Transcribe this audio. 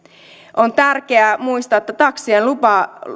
on tärkeää muistaa että taksien